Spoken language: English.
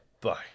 Bye